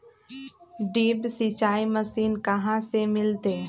Drip सिंचाई machine कहाँ से मिलतै?